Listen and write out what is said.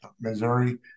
Missouri